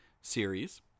series